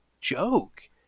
joke